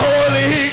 Holy